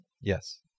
Yes